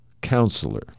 Counselor